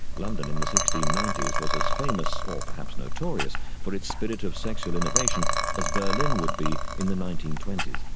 london in the sixteen ninety s was as famous or perhaps notorious for its spirit of sexual innovation as berlin would be in the nineteen twenty s.